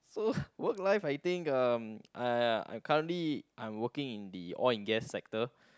so work life I think uh I I currently I'm working in the oil and gas sector